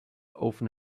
often